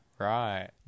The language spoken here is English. Right